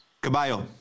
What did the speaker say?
Goodbye